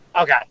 Okay